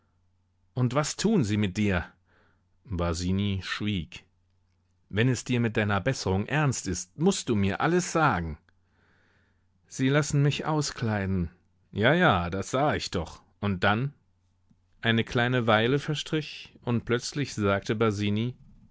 und was tun sie mit dir basini schwieg wenn es dir mit deiner besserung ernst ist mußt du mir alles sagen sie lassen mich auskleiden ja ja das sah ich doch und dann eine kleine weile verstrich und plötzlich sagte